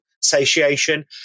satiation